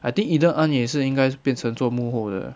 I think eden ang 也是应该变成做幕后了